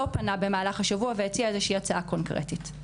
לא פנה במהלך השבוע והציע איזושהי הצעה קונקרטית.